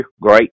Great